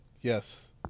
Yes